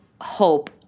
hope